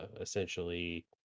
essentially